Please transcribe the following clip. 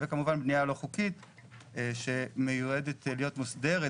וכמובן בניה לא חוקית שמיועדת להיות מוסדרת